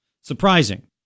surprising